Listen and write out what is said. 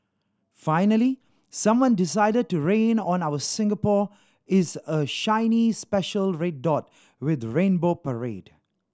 finally someone decided to rain on our Singapore is a shiny special red dot with rainbow parade